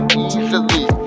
easily